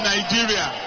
Nigeria